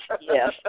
yes